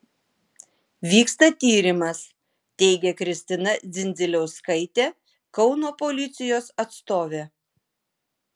vyksta tyrimas teigė kristina dzindziliauskaitė kauno policijos atstovė